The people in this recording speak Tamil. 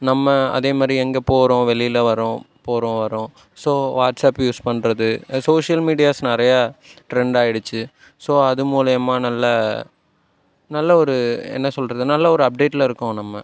நம்ம அதே மாதிரி எங்கே போகிறோம் வெளியில் வரோம் போகிறோம் வரோம் ஸோ வாட்ஸப் யூஸ் பண்ணுறது சோசியல் மீடியாஸ் நிறையா ட்ரெண்டாயிடுச்சு ஸோ அது மூலியமாக நல்ல நல்ல ஒரு என்ன சொல்கிறது நல்ல ஒரு அப்டேட்டில் இருக்கோம் நம்ம